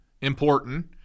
important